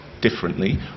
differently